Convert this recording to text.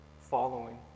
following